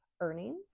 earnings